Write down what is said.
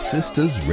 Sisters